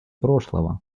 прошлого